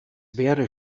wäre